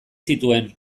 zituen